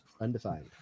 Undefined